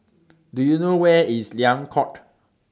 Do YOU know Where IS Liang Court